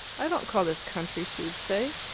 i don't call this country, she would say.